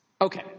Okay